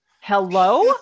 Hello